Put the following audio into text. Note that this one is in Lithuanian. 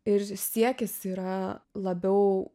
ir siekis yra labiau